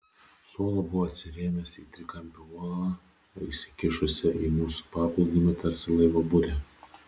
solo buvo atsirėmęs į trikampę uolą išsikišusią į mūsų paplūdimį tarsi laivo burė